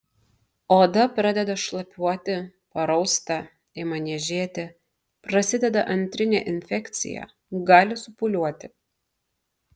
oda pradeda šlapiuoti parausta ima niežėti prasideda antrinė infekcija gali supūliuoti